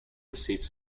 received